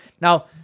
now